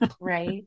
right